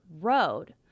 road